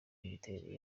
imiterere